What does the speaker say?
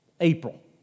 April